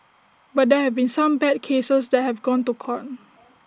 but there have been some bad cases that have gone to court